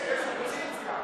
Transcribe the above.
יש אופוזיציה.